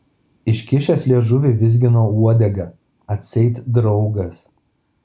iškišęs liežuvį vizgino uodegą atseit draugas